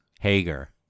Hager